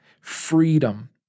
freedom